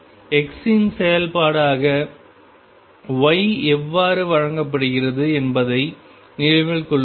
X இன் செயல்பாடாக Y எவ்வாறு வழங்கப்படுகிறது என்பதை நினைவில் கொள்ளுங்கள்